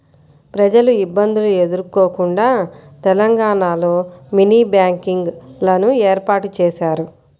ప్రజలు ఇబ్బందులు ఎదుర్కోకుండా తెలంగాణలో మినీ బ్యాంకింగ్ లను ఏర్పాటు చేశారు